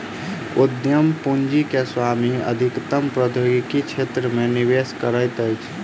उद्यम पूंजी के स्वामी अधिकतम प्रौद्योगिकी क्षेत्र मे निवेश करैत अछि